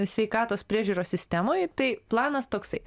sveikatos priežiūros sistemoj tai planas toksai